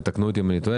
ותקנו אותי אם אני טועה,